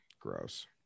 gross